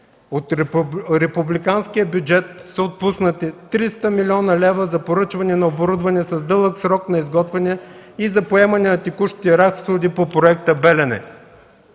„От републиканския бюджет са отпуснати 300 милиона лева за поръчване на оборудване с дълъг срок на изготвяне и за поемане на текущите разходи по Проекта „Белене”.”